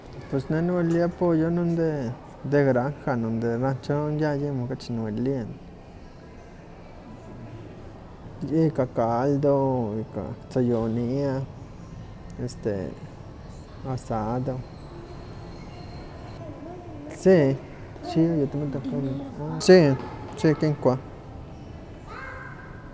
Pues ne niwelilia ni pollo de granja, non de rancho yayon amo kachi niwelilia, ika caldo, ika kitziyoniah, este asado, sí, sí, sí kinkuah.